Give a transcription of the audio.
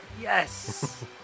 Yes